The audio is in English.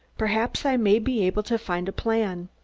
perhaps i may be able to find a plan.